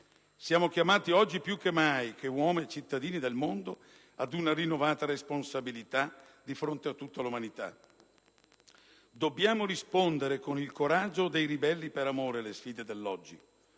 Siamo chiamati, oggi più che mai, come uomini e come cittadini del mondo, ad una rinnovata responsabilità dì fronte a tutta l'umanità. Dobbiamo rispondere con il coraggio dei "ribelli per amore" alle sfide dell'oggi: